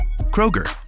Kroger